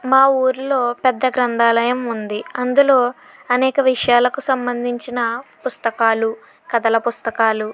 మా ఊరిలో పెద్ద గ్రంథాలయం ఉంది అందులో అనేక విషయాలకు సంబంధించిన పుస్తకాలు కథల పుస్తకాలు